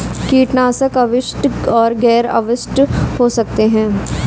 कीटनाशक अवशिष्ट और गैर अवशिष्ट हो सकते हैं